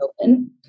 open